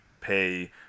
pay